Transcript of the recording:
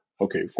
Okay